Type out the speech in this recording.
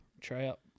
tryout